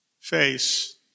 face